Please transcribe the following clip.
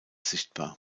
sichtbar